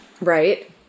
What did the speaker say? Right